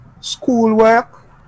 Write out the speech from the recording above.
schoolwork